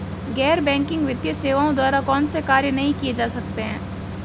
गैर बैंकिंग वित्तीय सेवाओं द्वारा कौनसे कार्य नहीं किए जा सकते हैं?